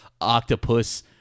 octopus